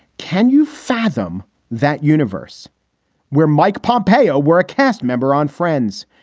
can you fathom that universe where mike pompeo were a cast member on friends?